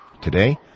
today